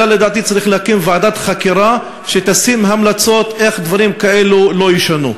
אלא לדעתי צריך להקים ועדת חקירה שתגיש המלצות איך דברים כאלה לא יישנו.